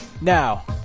Now